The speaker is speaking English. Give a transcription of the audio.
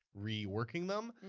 reworking them.